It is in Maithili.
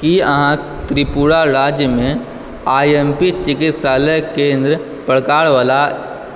की अहाँ त्रिपुरा राज्यमे आई एम पी चिकित्सालय केन्द्रक प्रकारवला